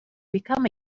become